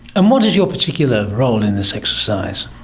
um what is your particular role in this exercise?